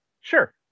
Sure